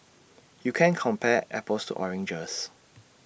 you can't compare apples to oranges